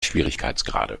schwierigkeitsgrade